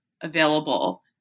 available